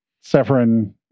Severin